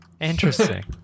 Interesting